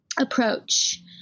approach